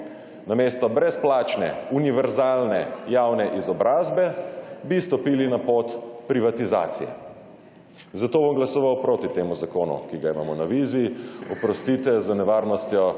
Namesto brezplačne univerzalne javne izobrazbe bi stopili na pot privatizacije. Zato bom glasoval proti temu zakonu, ki ga imamo na mizi. Oprostite, z nevarnostjo privatizacije